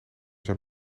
zijn